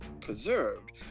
preserved